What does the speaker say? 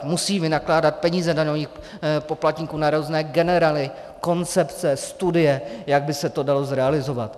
Musí vynakládat peníze daňových poplatníků na různé generely, koncepce, studie, jak by se dalo zrealizovat.